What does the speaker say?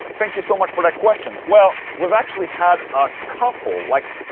thank you so much for that question. well, we've actually had a couple, like.